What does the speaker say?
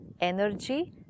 energy